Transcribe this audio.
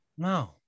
No